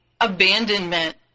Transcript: abandonment